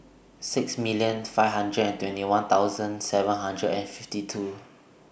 six million five hundred and twenty one thousand seven hundred and fifty two